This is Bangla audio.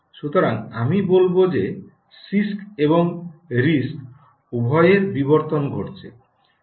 সুতরাং আমি বলব যে সিআইএসসি এবং আরআইএসসি উভয়ের বিবর্তন ঘটছে